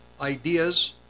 ideas